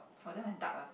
oh that one is duck uh